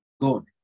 God